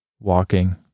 Walking